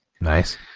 Nice